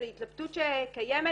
זו התלבטות שקיימת.